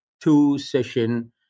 two-session